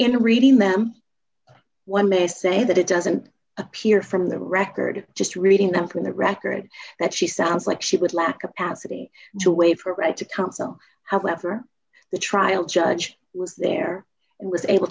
in reading them one may say that it doesn't appear from the record just reading them from the record that she sounds like she would lack of acidy to wait for a right to counsel however the trial judge was there was able